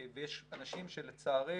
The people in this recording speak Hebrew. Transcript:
ויש אנשים שלצערי